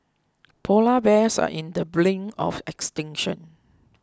Polar Bears are in the brink of extinction